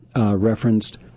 referenced